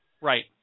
Right